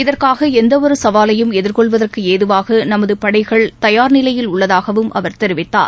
இதற்காக எந்தவொரு சவாலையும் எதிர்கொள்வதற்கு ஏதுவாக நமது படைகள் தயார்நிலையில் உள்ளதாகவும் அவர் தெரிவித்தார்